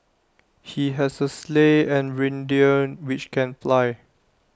he has A sleigh and reindeer which can fly